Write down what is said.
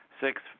Six